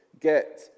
get